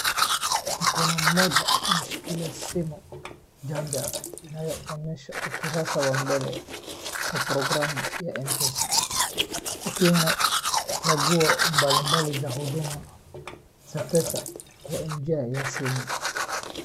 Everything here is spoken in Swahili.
Mkono mmoja unashikilia simu janja inayoonyesha ukurasa wa mbele wa programu ya Mpesa. Ukiwa na chaguo mbalimbali za huduma za pesa kwa njia ya simu.